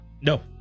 No